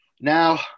Now